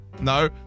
No